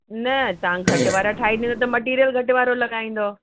न तव्हां घटि वारा ठाहींदो त मटिरियल घटि वारो लॻाईंदो